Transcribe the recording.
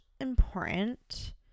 important